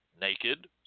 naked